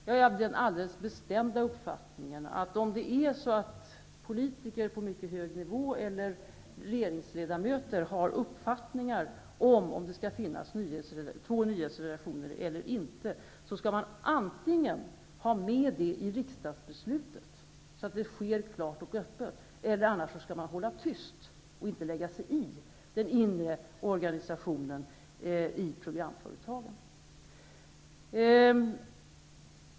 Jag är av den alldeles bestämda uppfattningen, att om politiker på mycket hög nivå eller regeringsledamöter har uppfattningar om huruvida det skall finnas två nyhetsredaktioner eller inte, skall man antingen ha med detta i riksdagsbeslutet, så att det redovisas klart och öppet, eller också hålla tyst och inte lägga sig i den inre organisationen i programföretagen.